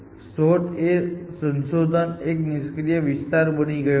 શોધ એ સંશોધનમાં એક નિષ્ક્રિય વિસ્તાર બની ગયો છે